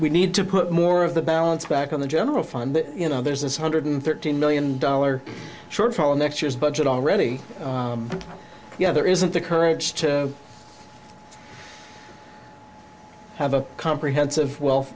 we need to put more of the balance back on the general fund you know there's this hundred thirteen million dollar shortfall in next year's budget already yeah there isn't the courage to have a comprehensive well